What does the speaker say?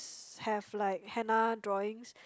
have like henna drawings